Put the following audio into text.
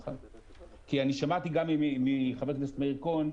כי שמעתי גם מחבר הכנסת מאיר כהן,